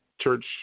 church